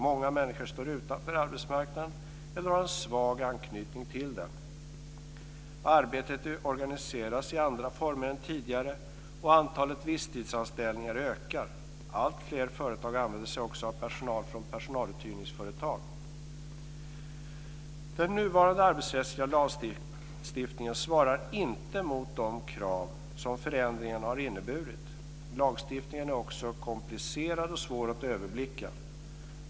Många människor står utanför arbetsmarknaden eller har en svag anknytning till den. Arbetet organiseras i andra former än tidigare, och antalet visstidsanställningar ökar. Alltfler företag använder sig också av personal från personaluthyrningsföretag. Den nuvarande arbetsrättsliga lagstiftningen svarar inte mot de krav som förändringarna har inneburit. Lagstiftningen är också komplicerad och svår att överblicka.